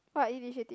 what initiative